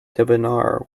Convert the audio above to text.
debonair